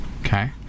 okay